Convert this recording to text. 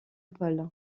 pôle